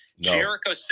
Jericho